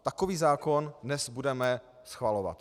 Takový zákon dnes budeme schvalovat.